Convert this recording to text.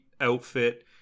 outfit